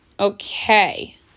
Okay